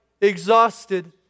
exhausted